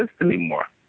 anymore